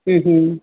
ਹਮ ਹਮ